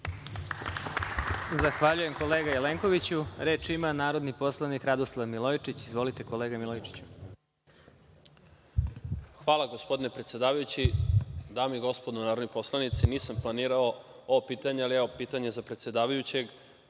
Zahvaljujem, kolega Jelenkoviću. Reč ima narodni poslanik Radoslav Milojičić. Izvolite, kolega Milojičiću. **Radoslav Milojičić** Hvala, gospodine predsedavajući. Dame i gospodo narodni poslanici, nisam planirao ovo pitanje, ali evo pitanje za predsedavajućeg